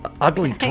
ugly